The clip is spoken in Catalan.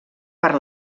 per